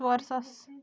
ژور ساس